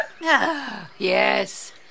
yes